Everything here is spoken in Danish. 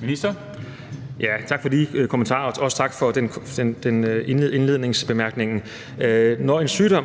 Heunicke): Tak for de kommentarer, og også tak for den indledende bemærkning. Når en sygdom